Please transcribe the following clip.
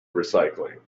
recycling